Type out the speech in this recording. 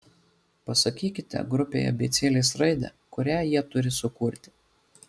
pasakykite grupei abėcėlės raidę kurią jie turi sukurti